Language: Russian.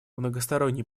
многосторонний